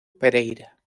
pereyra